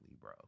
bro